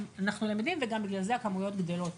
ובגלל זה הכמויות גדלות,